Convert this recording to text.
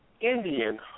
Indian